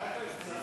אייכלר, תצטרף.